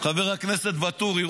חבר הכנסת ואטורי,